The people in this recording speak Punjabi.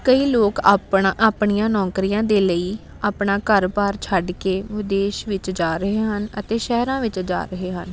ਕਈ ਲੋਕ ਆਪਣਾ ਆਪਣੀਆਂ ਨੌਕਰੀਆਂ ਦੇ ਲਈ ਆਪਣਾ ਘਰ ਬਾਰ ਛੱਡ ਕੇ ਵਿਦੇਸ਼ ਵਿੱਚ ਜਾ ਰਹੇ ਹਨ ਅਤੇ ਸ਼ਹਿਰਾਂ ਵਿੱਚ ਜਾ ਰਹੇ ਹਨ